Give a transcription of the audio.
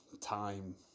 time